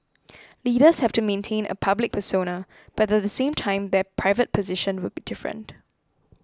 leaders have to maintain a public persona but at the same time their private position would be different